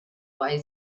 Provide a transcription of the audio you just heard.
way